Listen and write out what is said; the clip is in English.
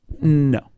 No